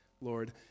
Lord